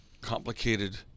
complicated